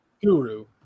Guru